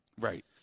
Right